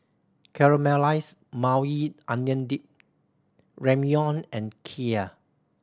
Caramelized Maui Onion Dip Ramyeon and Kheer